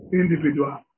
individual